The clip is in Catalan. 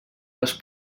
les